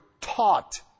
taught